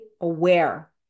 aware